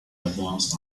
avances